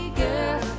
girl